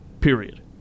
Period